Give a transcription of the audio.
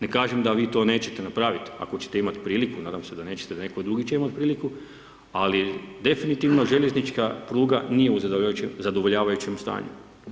Ne kažem da vi to nećete napraviti, ako ćete imati priliku, nadam se da nećete, da netko drugi će imati priliku, ako definitivno željeznička pruga nije u zadovoljavajućem stanju.